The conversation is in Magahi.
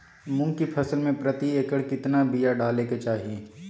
मूंग की फसल में प्रति एकड़ कितना बिया डाले के चाही?